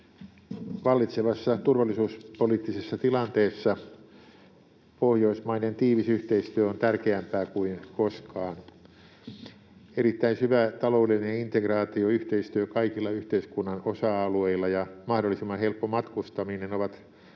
Vallitsevassa turvallisuuspoliittisessa tilanteessa Pohjoismaiden tiivis yhteistyö on tärkeämpää kuin koskaan. Erittäin syvä taloudellinen integraatio ja yhteistyö kaikilla yhteiskunnan osa-alueilla ja mahdollisimman helppo matkustaminen ovat kaikkia